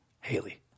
Haley